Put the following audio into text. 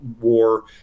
war